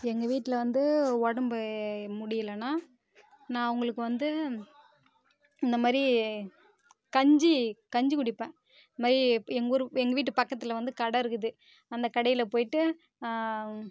எங்கள் வீட்டில் வந்து உடம்பு முடியலன்னா நான் அவர்களுக்கு வந்து இந்த மாதிரி கஞ்சி கஞ்சி கொடுப்பேன் இந்த மாதிரி எங்கள் ஊர் எங்கள் வீட்டு பக்கத்தில் வந்து கடை இருக்குது அந்த கடையில் போய்விட்டு